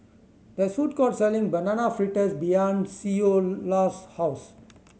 there is a food court selling Banana Fritters behind Ceola's house